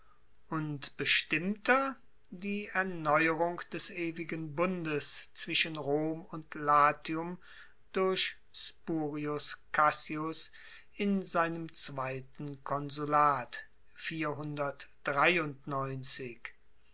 und bestimmter die erneuerung des ewigen bundes zwischen rom und latium durch spurius cassius in seinem zweiten konsulat